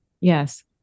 Yes